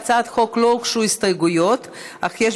להצעת החוק לא הוגשו הסתייגויות אך יש